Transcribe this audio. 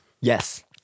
yes